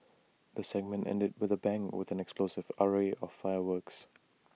the segment ended with A bang with an explosive array of fireworks